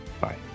Bye